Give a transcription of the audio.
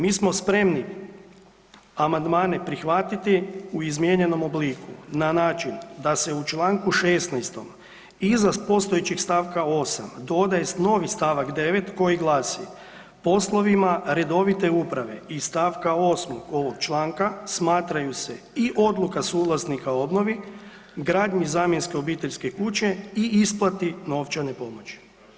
Mi smo spremni amandmane prihvatiti u izmijenjenom obliku na način da se u Članku 16. iza postojećeg stavka 8. dodaje novi stavak 9. koji glasi: „Poslovima redovite uprave iz stavka 8. ovog članka smatraju se i odluka suvlasnika o obnovi, gradnji zamjenske obiteljske kuće i isplati novčane pomoći.